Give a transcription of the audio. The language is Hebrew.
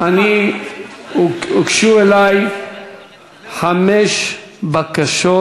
הוגשו לי חמש בקשות